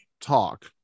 talk